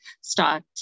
start